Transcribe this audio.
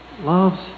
loves